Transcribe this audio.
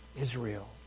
Israel